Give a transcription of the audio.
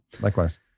Likewise